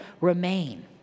remain